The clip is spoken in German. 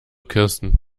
kirsten